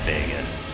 Vegas